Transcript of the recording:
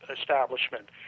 establishment